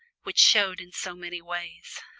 which showed in so many ways.